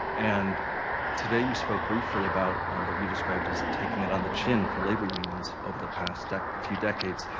and today, you spoke briefly about what you described as taking it on the chin for labor unions over the past few decades,